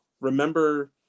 Remember